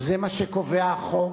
זה מה שקובע החוק,